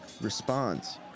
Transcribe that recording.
responds